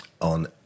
on